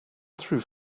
through